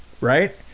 right